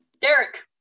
Derek